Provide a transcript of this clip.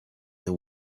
the